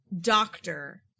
doctor